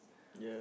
<S<